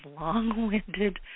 long-winded